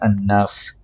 enough